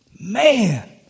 Man